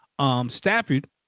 Stafford